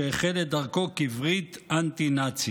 שהחל את דרכו כברית אנטי-נאצית.